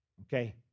okay